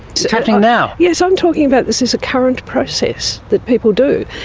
it's happening now? yes, i'm talking about this as a current process that people do.